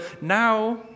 Now